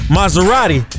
Maserati